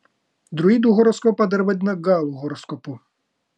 druidų horoskopą dar vadina galų horoskopu